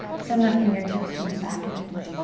send the fingertips towards the back edge,